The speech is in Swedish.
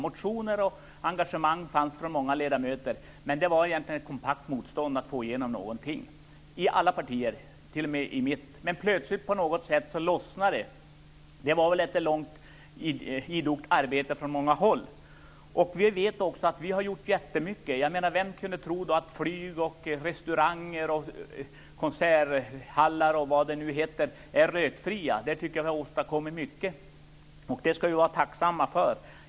Motioner och engagemang fanns från många ledamöter, men det var ett kompakt motstånd i alla partier, t.o.m. i mitt, mot att få igenom någonting. Men plötsligt lossnade det på något sätt. Det var väl efter långt idogt arbete från många håll. Vi vet att vi har gjort mycket. Vem kunde tro att flyg, restauranger och konserthallar skulle bli rökfria? Jag tycker att vi har åstadkommit mycket. Det skall vi vara tacksamma för.